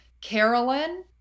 Carolyn